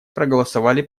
проголосовали